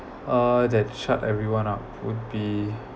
uh that shut everyone up would be